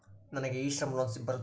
ನನಗೆ e Shram loan ಬರುತ್ತಾ?